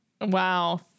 Wow